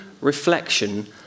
reflection